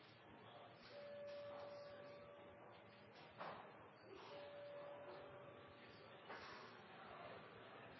ser